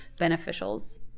beneficials